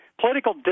political